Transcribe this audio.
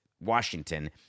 Washington